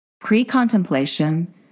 pre-contemplation